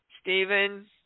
Stephen